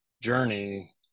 journey